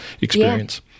experience